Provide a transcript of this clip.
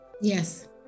Yes